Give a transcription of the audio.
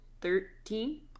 Thirteen